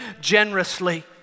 generously